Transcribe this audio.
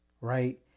Right